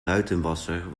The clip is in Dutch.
ruitenwasser